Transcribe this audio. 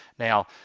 Now